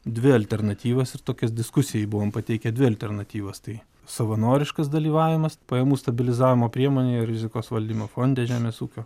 dvi alternatyvas ir tokias diskusijai buvom pateikę dvi alternatyvas tai savanoriškas dalyvavimas pajamų stabilizavimo priemonė ir rizikos valdymo fonde žemės ūkio